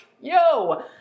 yo